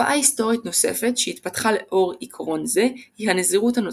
תופעה היסטורית נוספת שהתפתחה לאור עיקרון זה היא הנזירות הנוצרית.